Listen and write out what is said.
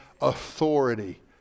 authority